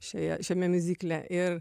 šioje šiame miuzikle ir